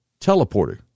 teleporter